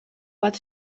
bat